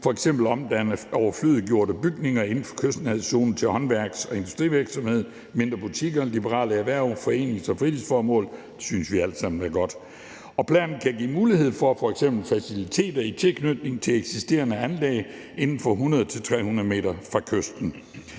f.eks. omdanne overflødiggjorte bygninger inden for kystnærhedszonen til håndværks- og industrivirksomhed, mindre butikker, liberale erhverv, forenings- og fritidsformål. Det synes vi alt sammen er godt. Og planen kan give mulighed for f.eks. faciliteter i tilknytning til eksisterende anlæg inden for 100-300 m fra kysten.